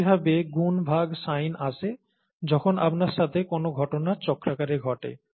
একইভাবে গুণ ভাগ সাইন আসে যখন আপনার সাথে কোন ঘটনা চক্রাকারে ঘটে